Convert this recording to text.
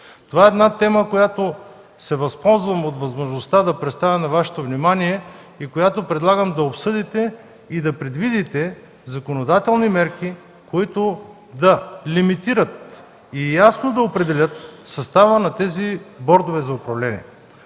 Това е тема, която се възползвам от възможността да представя на Вашето внимание и която предлагам да обсъдите и да предвидите законодателни мерки, които да лимитират и ясно да определят състава на тези бордове за управление.